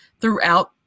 throughout